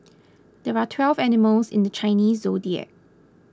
there are twelve animals in the Chinese zodiac